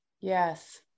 Yes